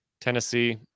Tennessee